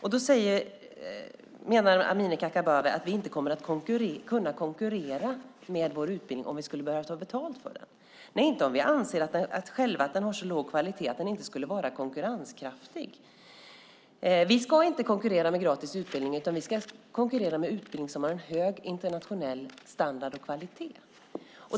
Amineh Kakabaveh menar att vi inte kommer att kunna konkurrera med vår utbildning om vi börjar ta betalt för den. Nej, inte om vi själva anser att den har så låg kvalitet att den inte skulle vara konkurrenskraftig. Vi ska inte konkurrera med gratis utbildning utan vi ska konkurrera med utbildning som har hög internationell standard och kvalitet.